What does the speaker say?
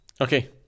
Okay